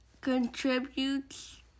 contributes